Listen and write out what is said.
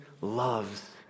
loves